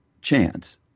chance